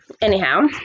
Anyhow